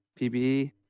PBE